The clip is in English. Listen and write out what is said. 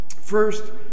First